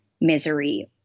misery